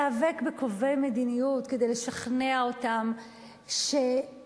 להיאבק בקובעי מדיניות כדי לשכנע אותם שאלימות